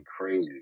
crazy